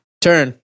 turn